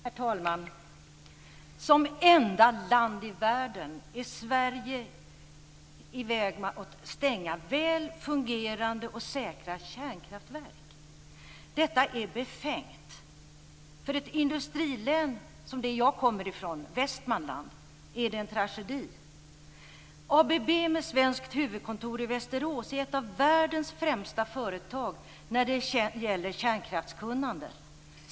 Herr talman! Som enda land i världen är Sverige på väg att stänga väl fungerande och säkra kärnkraftverk. Detta är befängt. För ett industrilän som Västmanland, som jag kommer från, är det en tragedi. ABB, med svenskt huvudkontor i Västerås, är ett av världens främsta företag när det gäller kärnkraftskunnande.